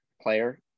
player